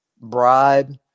bribe